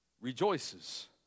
rejoices